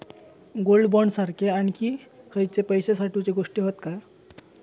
Gold bond सारखे आणखी खयले पैशे साठवूचे गोष्टी हत काय?